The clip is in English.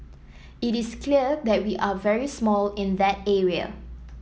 it is clear that we are very small in that area